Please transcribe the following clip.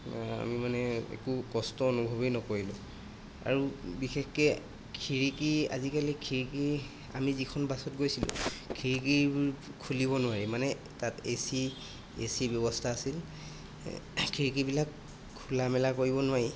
আমি মানে একো কষ্ট অনুভৱেই নকৰিলোঁ আৰু বিশেষকৈ খিৰিকী আজিকালি খিৰিকী আমি যিখন বাছত গৈছিলোঁ খিৰিকী খুলিব নোৱাৰি মানে তাত এচি এচি ব্যৱস্থা আছিল খিৰিকিবিলাক খোলা মেলা কৰিব নোৱাৰি